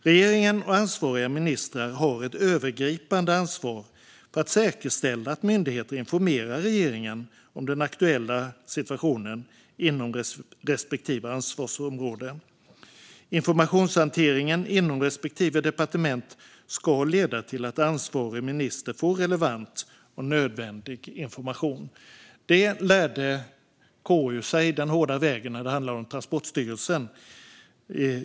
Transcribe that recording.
Regeringen och ansvariga ministrar har ett övergripande ansvar för att säkerställa att myndigheter informerar regeringen om den aktuella situationen inom respektive ansvarsområde. Informationshanteringen inom respektive departement ska leda till att ansvarig minister får relevant och nödvändig information. Det lärde KU sig den hårda vägen när det handlade om Transportstyrelsen.